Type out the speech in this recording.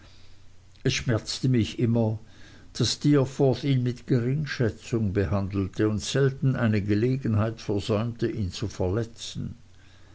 es schmerzte mich immer daß steerforth ihn mit geringschätzung behandelte und selten eine gelegenheit versäumte ihn zu verletzen